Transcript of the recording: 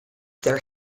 their